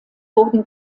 wurden